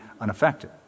unaffected